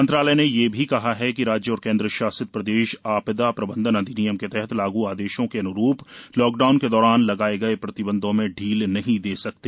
मंत्रालय ने यह भी कहा कि राज्य और केन्द्र शासित प्रदेश आपदा प्रबंधन अधिनियम के तहत लागू आदेशों के अनुरूप लॉकडाउन के दौरान लगाए गए प्रतिबंधों में ढील नहीं दे सकते